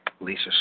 Lisa